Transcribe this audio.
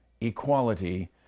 equality